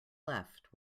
left